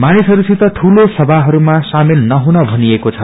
मानिसहरूसित दूलो सभाहरूमा शामेल नहुन भनिएको छ